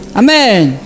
amen